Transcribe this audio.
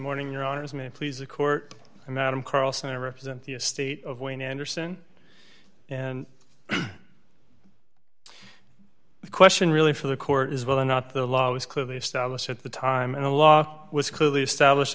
morning your honor is may please the court and madam carlson to represent the estate of wayne andersen and the question really for the court is whether or not the law was clearly established at the time and a law was clearly established